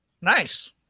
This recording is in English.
Nice